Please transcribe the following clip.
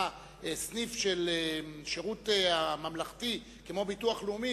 סניף של השירות הממלכתי כמו ביטוח לאומי,